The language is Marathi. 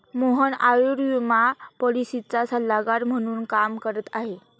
मोहन आयुर्विमा पॉलिसीचा सल्लागार म्हणून काम करत आहे